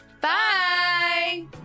Bye